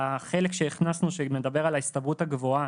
החלק שהכנסנו שמדבר על ההסתברות הגבוהה